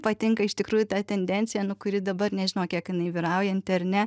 patinka iš tikrųjų ta tendencija kuri dabar nežinau kiek jinai vyraujanti ar ne